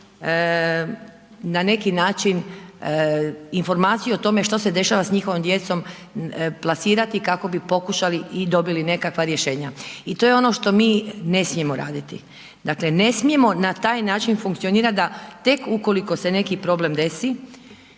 na neki način, informaciju o tome što se dešava s njihovom djecom plasirati kako bi pokušali i dobili nekakva rješenja. I to je ono što mi ne smijemo raditi. Dakle, ne smijemo na taj način funkcionirati da, tek ukoliko se neki problem desi,